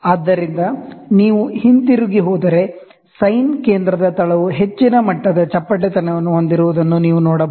ಆದ್ದರಿಂದ ನೀವು ಹಿಂತಿರುಗಿ ಹೋದರೆ ಸೈನ್ ಕೇಂದ್ರದ ತಳವು ಹೆಚ್ಚಿನ ಮಟ್ಟದ ಚಪ್ಪಟೆತನ ವನ್ನು ಹೊಂದಿರುವುದನ್ನು ನೀವು ನೋಡಬಹುದು